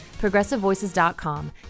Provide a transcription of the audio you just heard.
ProgressiveVoices.com